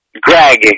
Greg